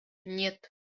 нет